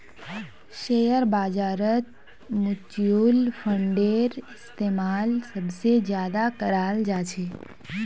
share बाजारत mutual फंडेर इस्तेमाल सबसे ज्यादा कराल जा छे